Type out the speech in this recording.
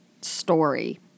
story